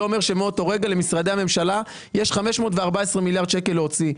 זה אומר שמאותו רגע למשרדי הממשלה יש 514 מיליארד שקל להוציא,